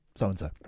so-and-so